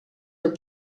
are